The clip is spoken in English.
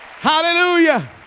Hallelujah